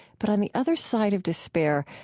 but, on the other side of despair,